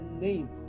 name